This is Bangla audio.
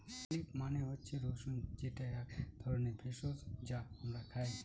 গার্লিক মানে হচ্ছে রসুন যেটা এক ধরনের ভেষজ যা আমরা খাই